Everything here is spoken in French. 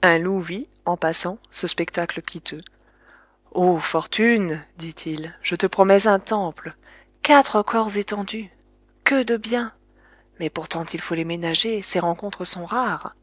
un loup vit en passant ce spectacle piteux ô fortune dit-il je te promets un temple quatre corps étendus que de biens mais pourtant il faut les ménager ces rencontres sont rares